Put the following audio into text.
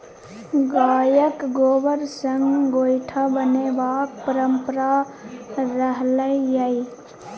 गायक गोबर सँ गोयठा बनेबाक परंपरा रहलै यै